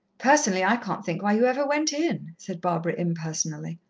personally, i can't think why you ever went in, said barbara impersonally.